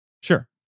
Sure